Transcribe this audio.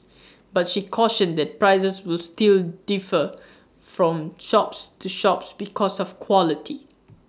but she cautioned that prices will still defer from shops to shops because of quality